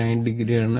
9o ആണ്